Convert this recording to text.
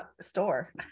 store